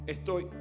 Estoy